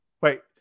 Wait